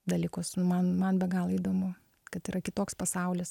dalykus nu man man be galo įdomu kad yra kitoks pasaulis